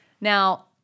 Now